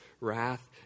wrath